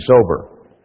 sober